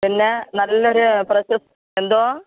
പിന്നെ നല്ലൊരു എന്തോ